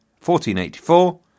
1484